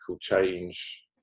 change